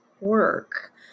work